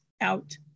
out